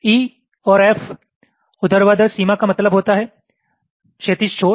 E और F ऊर्ध्वाधर सीमा का मतलब होता है क्षैतिज छोर